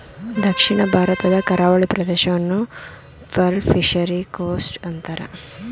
ದಕ್ಷಿಣ ಭಾರತದ ಕರಾವಳಿ ಪ್ರದೇಶವನ್ನು ಪರ್ಲ್ ಫಿಷರಿ ಕೋಸ್ಟ್ ಅಂತರೆ